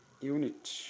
unit